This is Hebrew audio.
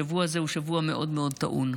השבוע הזה הוא שבוע מאוד מאוד טעון.